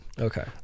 Okay